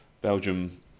Belgium